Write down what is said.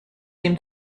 seem